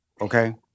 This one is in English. Okay